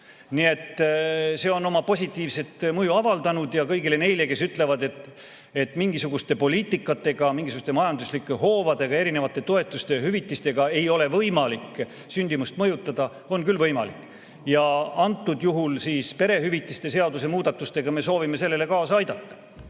Nii et see on oma positiivset mõju avaldanud, ja kõigile neile, kes ütlevad, et mingisuguste poliitikatega, mingisuguste majanduslike hoobadega, erinevate toetuste ja hüvitistega ei ole võimalik sündimust mõjutada – on küll võimalik ja antud juhul siis perehüvitiste seaduse muudatustega me soovime sellele kaasa aidata.